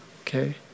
Okay